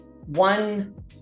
one